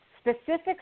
specifics